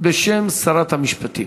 בשם שרת המשפטים.